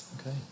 Okay